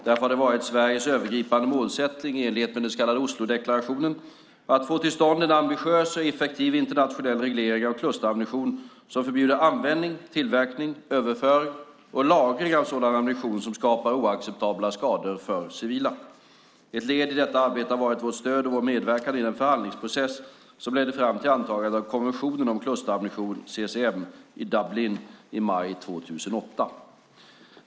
Därför har det varit Sveriges övergripande målsättning, i enlighet med den så kallade Oslodeklarationen, att få till stånd en ambitiös och effektiv internationell reglering av klusterammunition som förbjuder användning, tillverkning, överföring och lagring av sådan ammunition som skapar oacceptabla skador för civila. Ett led i detta arbete har varit vårt stöd och vår medverkan i den förhandlingsprocess som ledde fram till antagandet av konventionen om klusterammunition, CCM, i Dublin i maj 2008.